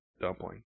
dumpling